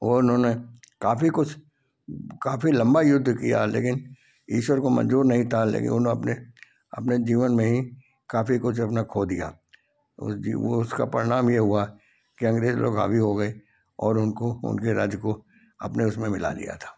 और उन्होंने काफ़ी कुछ काफ़ी लंबा युद्ध किया लेकिन ईश्वर को मंजूर नहीं था लेकिन उन्हों अपने अपने जीवन में ही काफ़ी कुछ अपना खो दिया उस वो उसका परिणाम ये हुआ कि अंग्रेज लोग हावी हो गए और उनको उनके राज्य को अपने उसमें मिला लिया था